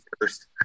first